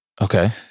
Okay